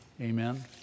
Amen